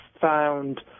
found